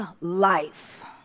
life